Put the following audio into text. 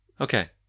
Okay